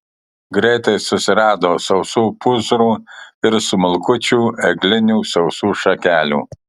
greitai susirado sausų pūzrų ir smulkučių eglinių sausų šakelių